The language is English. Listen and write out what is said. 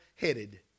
headed